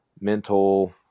mental